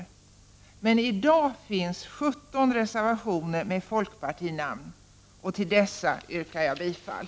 I det betänkande som vi i dag behandlar finns det 17 reservationer där folkpartiet finns med, och till dessa yrkar jag bifall.